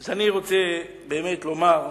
אז אני רוצה באמת לומר,